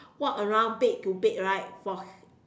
walk around bed to bed right for